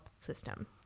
system